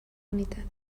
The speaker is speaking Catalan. unitat